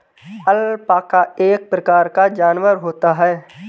alpaca एक प्रकार का जानवर होता है